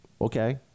Okay